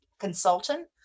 consultant